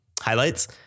highlights